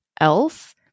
else